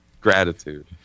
Gratitude